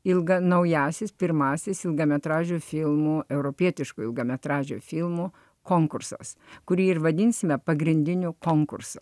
ilga naująsias pirmąsias ilgametražių filmų europietiškų ilgametražių filmų konkursas kurį ir vadinsime pagrindinio konkurso